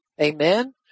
Amen